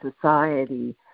society